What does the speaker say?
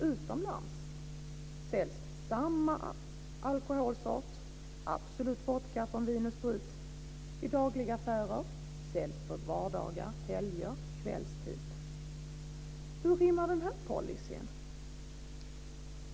Utomlands säljs samma alkoholsort, Absolut Vodka från Vin & Sprit, i dagligvaruaffärer på vardagar, helger, kvällstid. Hur rimmar den här policyn?